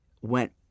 went